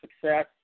success